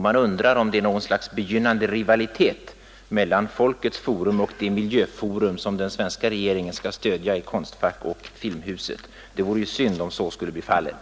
Man undrar om det är något slags begynnande rivalitet mellan Folkets forum och det miljöforum som den svenska regeringen skall stödja i Konstfack och Filmhuset. Det vore synd om så skulle bli fallet.